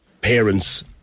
Parents